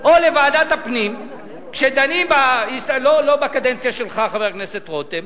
או לוועדת הפנים, לא בקדנציה שלך, חבר הכנסת רותם,